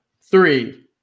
three